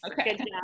Okay